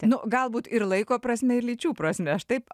nu galbūt ir laiko prasme ir lyčių prasme aš taip